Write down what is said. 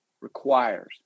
requires